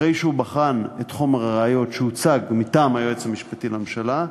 אחרי שהוא בחן את חומר הראיות שהוצג מטעם היועץ המשפטי לממשלה,